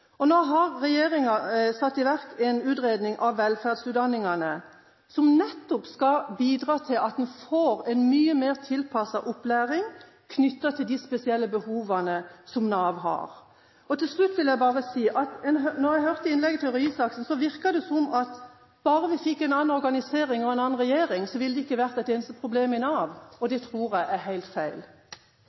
Nå har regjeringen satt i verk en utredning av velferdsutdanningene, som nettopp skal bidra til at en får en mye mer tilpasset opplæring knyttet til de spesielle behovene som Nav har. Til slutt vil jeg bare si at når jeg hørte innlegget til Røe Isaksen, virket det som at bare vi fikk en annen organisering og en annen regjering, ville det ikke vært et eneste problem i Nav. Det tror jeg er helt feil.